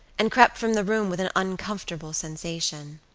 and crept from the room with an uncomfortable sensation.